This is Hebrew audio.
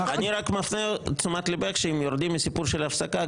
אני רק מפנה את תשומת ליבך שאם יורדים מהסיפור של ההפסקה,